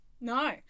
No